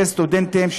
אלפי סטודנטים,